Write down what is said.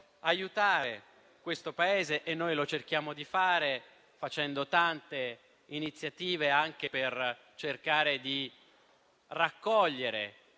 aiutare questo Paese; noi cerchiamo di farlo, con tante iniziative per cercare di raccogliere